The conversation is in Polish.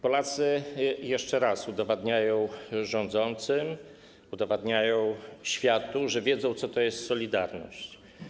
Polacy jeszcze raz udowadniają rządzącym, udowadniają światu, że wiedzą, co to jest solidarność.